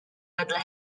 wedle